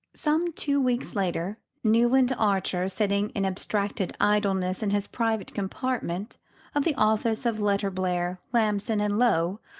some two weeks later, newland archer, sitting in abstracted idleness in his private compartment of the office of letterblair, lamson and low,